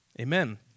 Amen